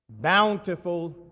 Bountiful